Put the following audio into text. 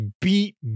beat